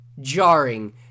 jarring